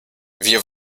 wir